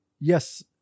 Yes